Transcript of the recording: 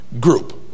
group